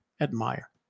admire